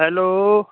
hello